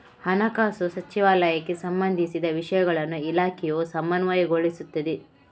ಹಣಕಾಸು ಸಚಿವಾಲಯಕ್ಕೆ ಸಂಬಂಧಿಸಿದ ವಿಷಯಗಳನ್ನು ಇಲಾಖೆಯು ಸಮನ್ವಯಗೊಳಿಸುತ್ತಿದೆ